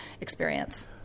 experience